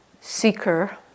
seeker